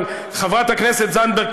אבל חברת הכנסת זנדברג,